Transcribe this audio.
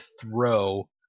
throw